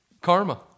Karma